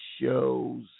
shows